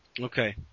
Okay